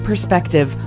perspective